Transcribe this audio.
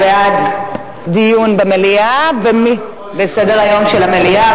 הוא בעד דיון בסדר-היום של המליאה,